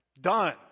Done